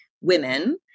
women